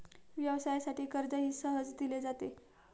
व्यवसायासाठी कर्जही सहज दिले जाते